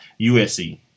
USC